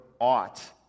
ought